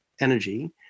energy